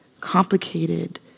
complicated